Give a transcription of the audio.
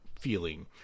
feeling